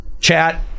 Chat